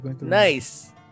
Nice